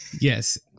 Yes